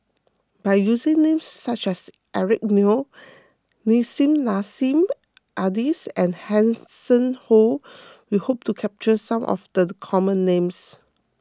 by using names such as Eric Neo Nissim Nassim Adis and Hanson Ho we hope to capture some of the common names